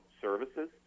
services